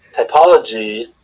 typology